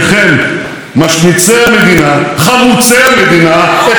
משמיצי המדינה, חמוצי המדינה, את הנהגת המדינה.